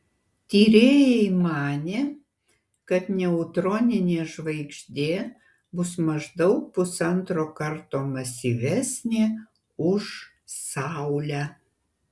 tyrėjai manė kad neutroninė žvaigždė bus maždaug pusantro karto masyvesnė už saulę